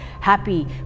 happy